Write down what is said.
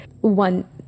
one